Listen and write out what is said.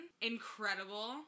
incredible